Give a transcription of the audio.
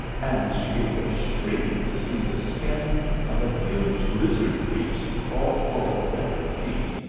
and she gave a shriek to see the skin of a huge lizard-beast fall forward at her feet,